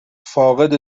فاقد